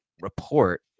report